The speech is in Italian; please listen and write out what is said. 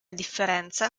differenza